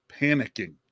panicking